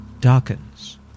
darkens